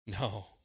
No